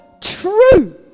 truth